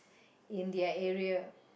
in their area